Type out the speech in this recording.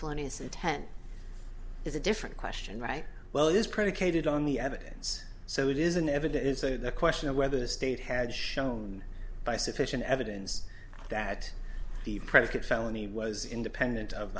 funniness intent is a different question right well is predicated on the evidence so it is an evident it's a question of whether the state had shown by sufficient evidence that the predicate felony was independent of